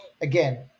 again